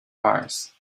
pies